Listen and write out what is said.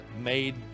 made